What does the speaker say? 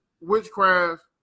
witchcraft